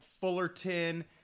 Fullerton